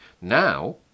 Now